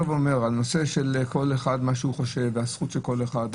הנושא של כל אחד מה שהוא חושב והזכות של כל אחד,